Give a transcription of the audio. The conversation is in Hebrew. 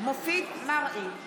מופיד מרעי,